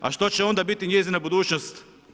A što će onda biti njezina budućnost?